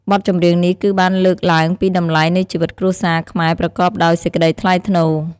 បទចម្រៀងនេះគឺបានលើកឡើងពីតម្លៃនៃជីវិតគ្រួសារខ្មែរប្រកបដោយសេចក្តីថ្លៃថ្នូរ។